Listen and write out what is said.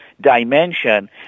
dimension